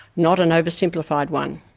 not an oversimplified one.